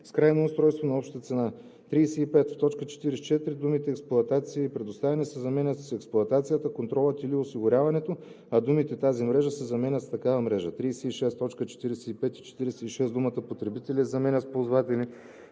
с крайно устройство на обща цена.“ 35. В т. 44 думите „експлоатацията и предоставянето“ се заменят с „експлоатацията, контролът или осигуряването", а думите „тази мрежа“ се заменят с „такава мрежа“. 36. В т. 45 и 46 думата „потребители“ се заменя с „ползватели“.